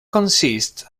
consists